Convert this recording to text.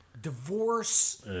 divorce